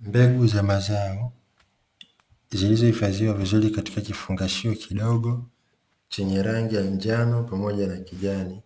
Mbegu za mazao zilizohifadhiwa vizuri katika kifungashio kidogo chenye rangi ya njano pamoja na kijani,